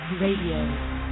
Radio